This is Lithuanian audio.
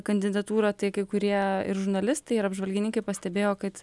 kandidatūrą tai kai kurie ir žurnalistai ir apžvalgininkai pastebėjo kad